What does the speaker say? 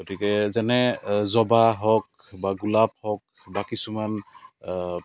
গতিকে যেনে জবা হওক বা গোলাপ হওক বা কিছুমান